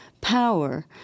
power